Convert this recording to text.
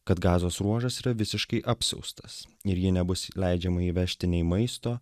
kad gazos ruožas yra visiškai apsiaustas ir į jį nebus leidžiama įvežti nei maisto